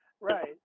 Right